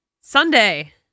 Sunday